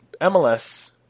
MLS –